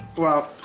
well,